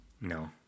No